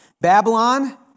Babylon